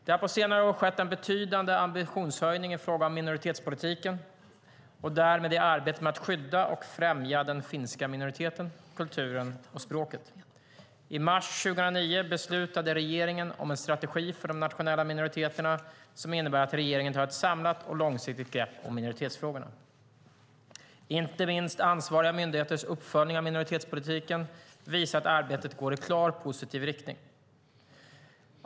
Det har på senare år skett en betydande ambitionshöjning i fråga om minoritetspolitiken och därmed i arbetet med att skydda och främja den finska minoriteten, kulturen och språket. I mars 2009 beslutade regeringen om en strategi för de nationella minoriteterna som innebär att regeringen tar ett samlat och långsiktigt grepp om minoritetsfrågorna. Inte minst ansvariga myndigheters uppföljning av minoritetspolitiken visar att arbetet går i klart positiv riktning.